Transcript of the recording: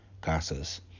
Casas